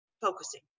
focusing